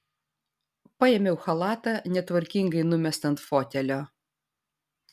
paėmiau chalatą netvarkingai numestą ant fotelio